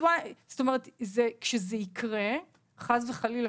שכשזה יקרה - וחס וחלילה,